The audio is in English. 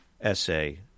essay